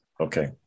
Okay